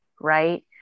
right